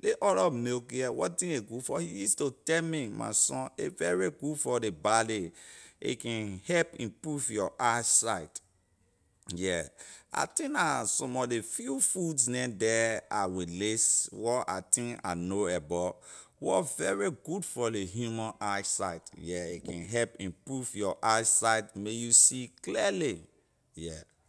ley other milk here wetin a good for he use to tell me my son a very good for ley body a can help improve your eye sight yeah I think la some mor ley few foods neh the I will list where I think I know about wor very good for ley human eye sight yeah a can help improve your eye sight a may you see clearly yeah.